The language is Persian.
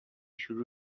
شروع